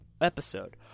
episode